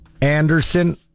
Anderson